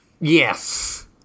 Yes